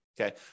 okay